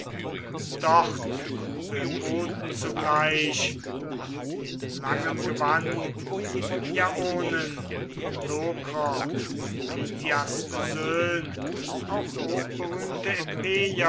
dort böoten zugleich und in langem gewand iaonen lokrer und phtias söhn auch hochberühmte